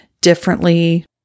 differently